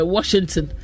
Washington